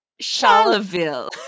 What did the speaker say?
Charleville